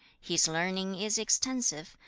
his learning is extensive,